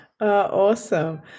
Awesome